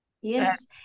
Yes